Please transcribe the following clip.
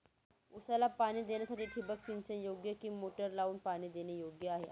ऊसाला पाणी देण्यासाठी ठिबक सिंचन योग्य कि मोटर लावून पाणी देणे योग्य आहे?